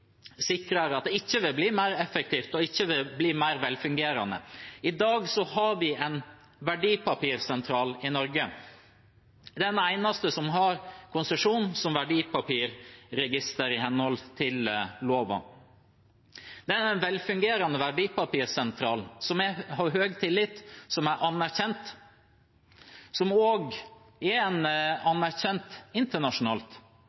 mer velfungerende. I dag har vi en verdipapirsentral i Norge, den eneste som har konsesjon som verdipapirregister i henhold til loven. Det er en velfungerende verdipapirsentral, som har høy tillit, som er anerkjent, og som også er anerkjent internasjonalt. En